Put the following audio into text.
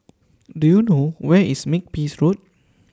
Do YOU know Where IS Makepeace Road